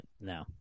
no